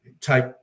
take